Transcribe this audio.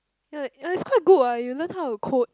ya ya is quite good what you learn how to code